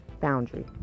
boundary